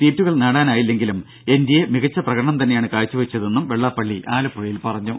സീറ്റുകൾ നേടാനായില്ലെങ്കിലും എൻഡിഎ മികച്ച പ്രകടനം തന്നെയാണ് കാഴ്ച്ചവെച്ചതെന്നും വെള്ളാപ്പള്ളി ആലപ്പുഴയിൽ പറഞ്ഞു